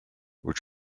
which